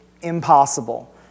impossible